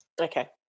Okay